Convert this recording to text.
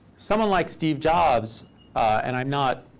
someone like steve jobs and i'm not